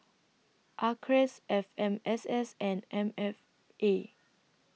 Acres F M S S and M F A